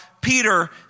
Peter